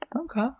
Okay